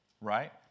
Right